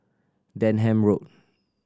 Denham Road